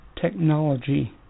technology